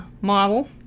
model